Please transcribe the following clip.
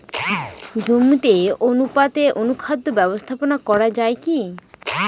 জমিতে অনুপাতে অনুখাদ্য ব্যবস্থাপনা করা য়ায় কি?